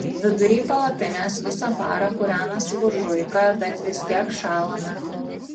vidury palapinės visą parą kūrenasi buržuika bet vis tiek šąlame